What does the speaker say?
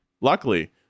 Luckily